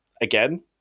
again